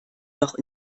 noch